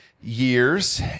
years